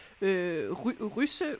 Russe